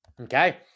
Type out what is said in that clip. Okay